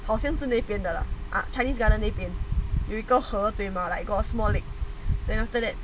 像那边的 ah chinese garden 那边有一个 solar place mah like for small then after that